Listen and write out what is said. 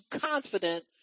confident